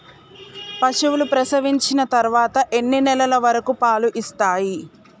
పశువులు ప్రసవించిన తర్వాత ఎన్ని నెలల వరకు పాలు ఇస్తాయి?